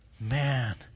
man